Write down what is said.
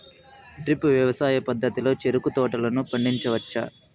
drip వ్యవసాయ పద్ధతిలో చెరుకు తోటలను పండించవచ్చా